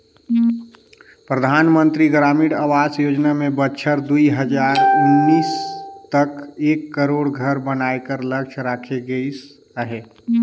परधानमंतरी ग्रामीण आवास योजना में बछर दुई हजार उन्नीस तक एक करोड़ घर बनाए कर लक्छ राखे गिस अहे